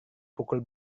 pukul